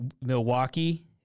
Milwaukee